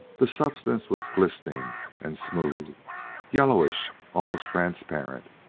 the substance was glistening and smooth yellowish almost transparent.